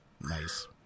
Nice